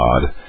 God